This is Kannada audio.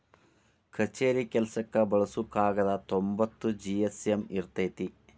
ಕಛೇರಿ ಕೆಲಸಕ್ಕ ಬಳಸು ಕಾಗದಾ ತೊಂಬತ್ತ ಜಿ.ಎಸ್.ಎಮ್ ಇರತತಿ